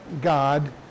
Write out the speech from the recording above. God